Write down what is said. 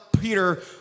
Peter